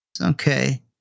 Okay